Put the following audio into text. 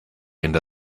into